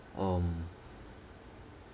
um